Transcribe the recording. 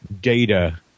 data